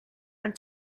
and